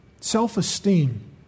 self-esteem